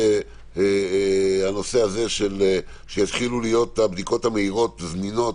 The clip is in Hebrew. עם הנושא שיתחילו להיות הבדיקות המהירות זמינות